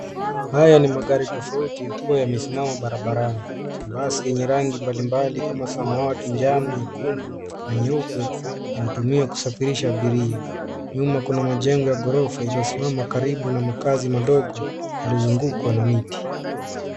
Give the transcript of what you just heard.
Haya ni magari tofauti yakiwa yamesimama barabarani. Basi yenye rangi mbalimbali kama samawati, njano, nyekundu, na nyeupe, yanatumia kusafirisha abiria. Nyuma kuna majengo ya ghorofa, iliyosimama karibu na makazi madogo, yaliyozungukwa na miti.